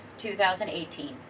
2018